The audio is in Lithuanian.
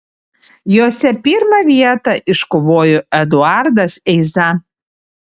jose pirmą vietą iškovojo eduardas eiza